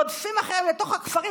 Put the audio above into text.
רודפים אחריהם לתוך הכפרים,